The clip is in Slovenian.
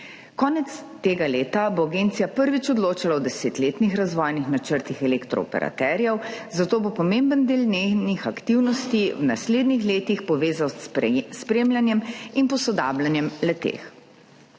Konec tega leta bo agencija prvič odločala o desetletnih razvojnih načrtih elektrooperaterjev, zato bo pomemben del njenih aktivnosti v naslednjih letih povezan s spremljanjem in posodabljanjem le-teh.